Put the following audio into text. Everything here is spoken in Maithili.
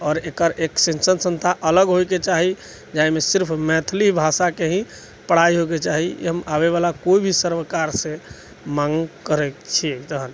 आओर एकर एक शिक्षक संस्था अलग होइके चाही जाहिमे सिर्फ मैथिली भाषाके ही पढ़ाइ होइके चाही ई हम आबे बाला कोइभी सरकार से माँग करैत छियै तहन